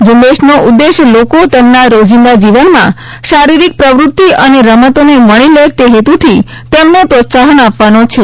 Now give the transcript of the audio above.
ઝુંબેશનો ઉદ્દેશ લોકો તેમના રોજીંદા જીવનમાં શારીરીક પ્રવૃત્તિ અને રમતોને વણી લે તે હેતુથી તેમને પ્રોત્સાહન આપવાનો છે